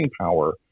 power